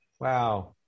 wow